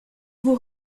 vous